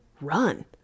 run